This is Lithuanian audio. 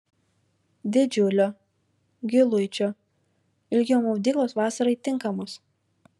didžiulio giluičio ilgio maudyklos vasarai tinkamos